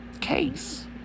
case